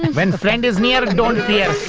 and when friend is near don't fear.